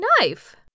knife